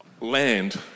land